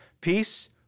peace